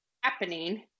happening